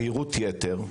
בזהירות יתר.